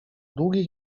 długich